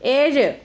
ഏഴ്